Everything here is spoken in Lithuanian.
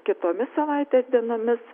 kitomis savaitės dienomis